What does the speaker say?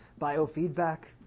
Biofeedback